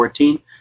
2014